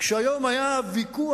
כשהיום היה ויכוח,